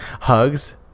Hugs